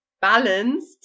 balanced